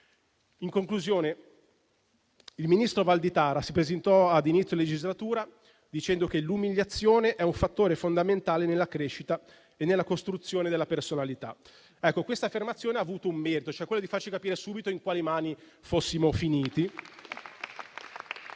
In conclusione, il ministro Valditara si presentò ad inizio legislatura, dicendo che l'umiliazione è un fattore fondamentale nella crescita e nella costruzione della personalità. Ecco, questa affermazione ha avuto un merito, cioè quello di farci capire subito in quali mani fossimo finiti